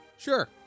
Sure